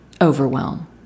Overwhelm